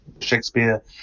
Shakespeare